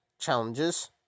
challenges